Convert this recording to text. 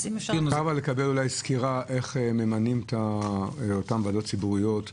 אפשר לקבל סקירה, איך ממנים את הוועדות הציבוריות?